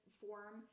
form